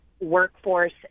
workforce